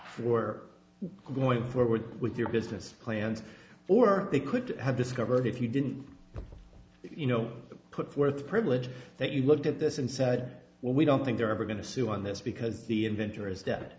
for going forward with their business plans or they could have discovered if you didn't you know put forth privileges that you looked at this and said well we don't think they're ever going to sue on this because the inventor is dea